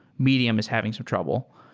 medium is having some trouble.